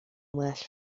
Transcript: well